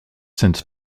since